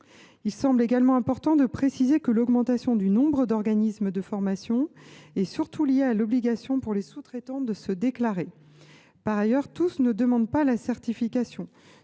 Il semble également important de préciser que l’augmentation du nombre d’organismes de formation est surtout liée à l’obligation, pour les sous traitants, de se déclarer. Par ailleurs, tous ne demandent pas la certification